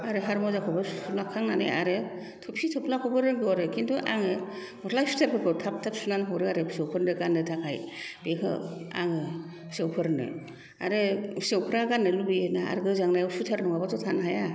आरो हाथ मुजाखौबो सुखांनानै आरो थफि थफ्लाखौबो रोंगौ आरो किन्तु आङो गस्ला सुइथार फोरखौ थाब थाब सुनानै हरो आरो फिसौफोरनो गाननो थाखाय बेखौ आङो फिसौफोरनो आरो फिसौफ्रा गाननो लुबैयोना आरो गोजांनायाव सुइथार नङाब्लाथ' थानो हाया